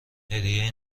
هدیه